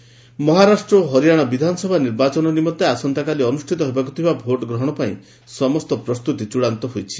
ଆସେମ୍କି polls Maharashtra ଓ ହରିଆଣା ବିଧାନସଭା ନିର୍ବାଚନ ନିମନ୍ତେ ଆସନ୍ତାକାଲି ଅନୁଷ୍ଠିତ ହେଉଥିବା ଭୋଟ୍ ଗ୍ରହଣ ପାଇଁ ସମସ୍ତ ପ୍ରସ୍ତୁତି ଚୂଡ଼ାନ୍ତ ହୋଇଛି